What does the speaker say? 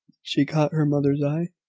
she caught her mother's eye,